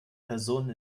personen